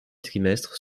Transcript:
trimestres